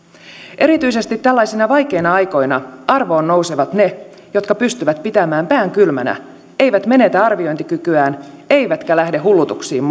erityisesti tällaisina vaikeina aikoina arvoon nousevat ne jotka pystyvät pitämään pään kylmänä eivät menetä arviointikykyään eivätkä lähde hullutuksiin